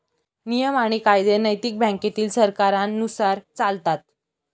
नियम आणि कायदे नैतिक बँकेतील सरकारांनुसार चालतात